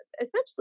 essentially